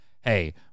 hey